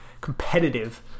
competitive